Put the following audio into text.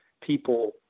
people